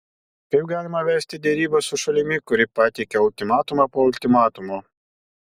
kaip galima vesti derybas su šalimi kuri pateikia ultimatumą po ultimatumo